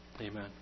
Amen